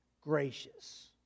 gracious